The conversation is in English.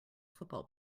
football